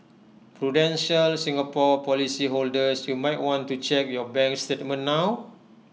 Prudential Singapore policyholders you might want to check your bank statement now